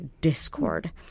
discord